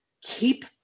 keep